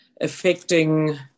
affecting